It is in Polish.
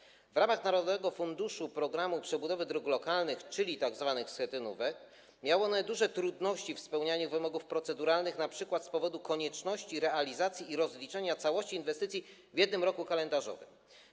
W ramach uzyskiwania środków z narodowego funduszu programu przebudowy dróg lokalnych, czyli tzw. schetynówek, miały one duże trudności w spełnianiu wymogów proceduralnych, np. z powodu konieczności realizacji i rozliczenia całości inwestycji w jednym roku kalendarzowym.